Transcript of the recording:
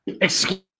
Excuse